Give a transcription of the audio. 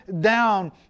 down